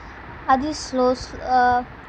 అది slow slow